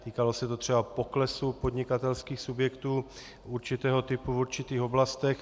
Týkalo se to třeba poklesu podnikatelských subjektů určitého typu v určitých oblastech.